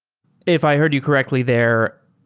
if i heard you correctly there,